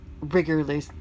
rigorously